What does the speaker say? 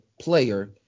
player